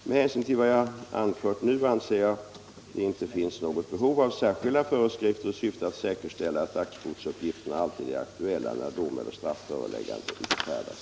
Med hänsyn till vad jag har anfört nu anser jag det inte finnas något behov av särskilda föreskrifter i syfte att säkerställa att dagsbotsuppgifterna alltid är aktuella, när dom eller strafföreläggande utfärdas.